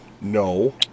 No